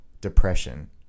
depression